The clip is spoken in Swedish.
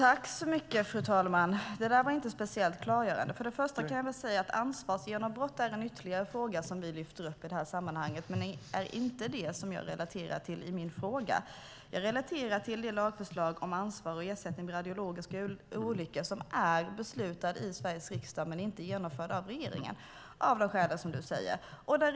Fru talman! Det där var inte speciellt klargörande. Först och främst kan jag väl säga att detta med ansvarsbrott är ytterligare en fråga som vi lyfter fram i sammanhanget, men det är inte det som jag i min fråga relaterar till. Jag relaterar till lagförslaget om ansvar och ersättning vid radiologiska olyckor. Detta är beslutat i Sveriges riksdag men inte genomfört av regeringen av de skäl som Mats Odell nämnt.